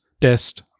test